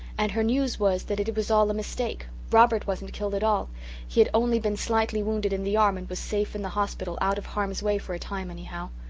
and her news was that it was all a mistake robert wasn't killed at all he had only been slightly wounded in the arm and was safe in the hospital out of harm's way for a time anyhow.